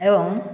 ଏବଂ